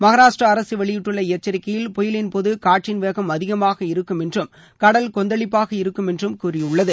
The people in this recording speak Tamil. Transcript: மகாராஷ்டிரா அரசு வெளியிட்டுள்ள எச்சரிக்கையில் புயலின்போது காற்றின் வேகம் அதிகமாக இருக்கும் என்றும் கடல் கொந்தளிப்பாக இருக்கும் என்றும் கூறியுள்ளது